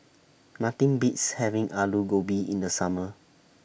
Nothing Beats having Alu Gobi in The Summer